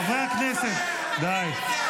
חברי הכנסת, די.